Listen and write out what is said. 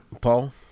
Paul